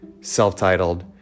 self-titled